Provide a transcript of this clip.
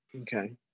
okay